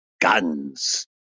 guns